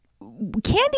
Candy